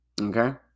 Okay